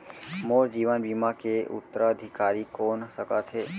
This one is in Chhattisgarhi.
मोर जीवन बीमा के उत्तराधिकारी कोन सकत हे?